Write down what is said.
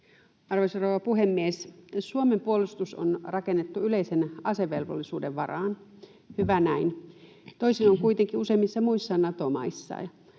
Arvoisa rouva puhemies! Jos Suomen puolustus on rakennettu yleisen asevelvollisuuden varaan, hyvä näin. Toisin on kuitenkin useimmissa muissa Nato-maissa,